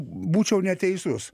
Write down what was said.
būčiau neteisus